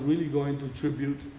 really going to tribute